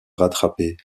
rattraper